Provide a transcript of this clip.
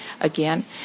again